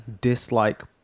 dislike